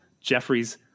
Jeffrey's